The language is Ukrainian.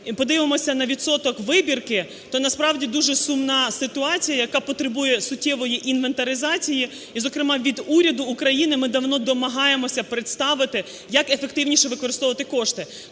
подивимося на відсоток вибірки, то насправді дуже сумна ситуація, яка потребує суттєвої інвентаризації і, зокрема, від уряду України ми давно домагаємося представити, як ефективніше використовувати кошти.